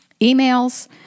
emails